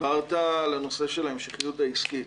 דיברת על הנושא של ההמשכיות העסקית,